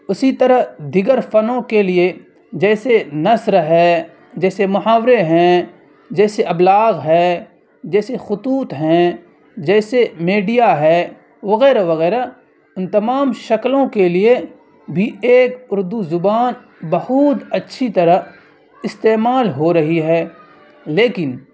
اسی طرح دیگر فنوں کے لیے جیسے نثر ہے جیسے محاورے ہیں جیسے ابلاغ ہے جیسے خطوط ہیں جیسے میڈیا ہے وغیرہ وغیرہ ان تمام شکلوں کے لیے بھی ایک اردو زبان بہت اچھی طرح استعمال ہو رہی ہے لیکن